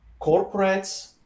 corporates